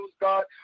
God